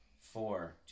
four